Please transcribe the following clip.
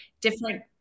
different-